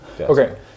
Okay